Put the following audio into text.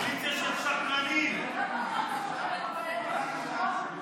איסור פרסומת והגבלת השיווק של מוצרי טבק